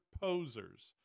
posers